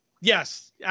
yes